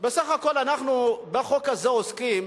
בסך הכול אנחנו בחוק הזה לא עוסקים